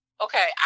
Okay